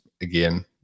again